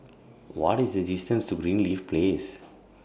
What IS The distance to Greenleaf Place